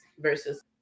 versus